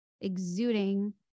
exuding